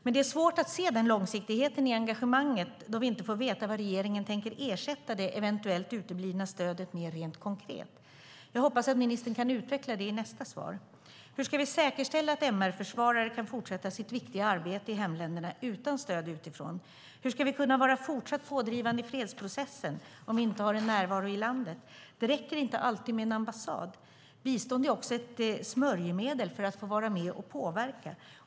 Det är dock svårt att se denna långsiktighet i engagemanget då vi inte får veta vad regeringen tänker ersätta det eventuellt uteblivna stödet med rent konkret. Jag hoppas att ministern kan utveckla det i nästa inlägg. Hur ska vi säkerställa att MR-försvarare kan fortsätta sitt viktiga arbete i hemländerna utan stöd utifrån? Hur ska vi kunna fortsätta driva på i fredsprocessen om vi inte har en närvaro i landet? Det räcker inte alltid med en ambassad. Bistånd är också ett smörjmedel för att få vara med och påverka.